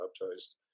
baptized